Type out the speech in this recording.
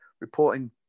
reporting